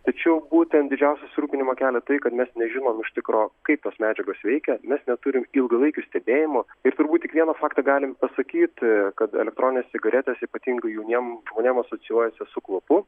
tačiau būtent didžiausią susirūpinimą kelia tai kad mes nežinom iš tikro kaip tos medžiagos veikia mes neturim ilgalaikių stebėjimų ir turbūt tik vieną faktą galim pasakyt kad elektroninės cigaretės ypatingai jauniem žmonėm asocijuojasi su kvapu